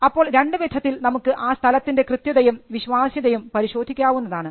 അപ്പോൾ രണ്ടുവിധത്തിൽ നമുക്ക് ആ സ്ഥലത്തിൻറെ കൃത്യതയും വിശ്വാസ്യതയും പരിശോധിക്കാവുന്നതാണ്